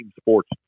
sports